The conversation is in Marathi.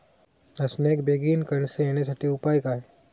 नाचण्याक बेगीन कणसा येण्यासाठी उपाय काय?